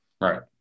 Right